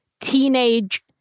teenage